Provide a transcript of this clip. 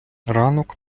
ранок